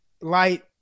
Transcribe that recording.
light